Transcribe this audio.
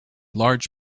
large